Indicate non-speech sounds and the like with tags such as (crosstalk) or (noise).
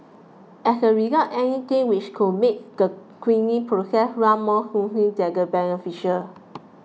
as a result anything which could make the cleaning process run more smoothly (unintelligible) beneficial